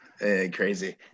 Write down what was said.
Crazy